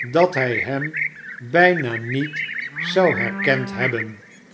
dat hij hem bijna niet zou herkend hebben